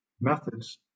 methods